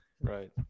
Right